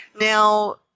Now